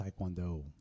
Taekwondo